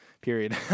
period